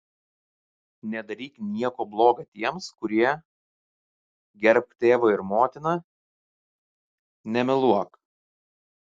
nedaryk nieko bloga tiems kurie gerbk tėvą ir motiną nemeluok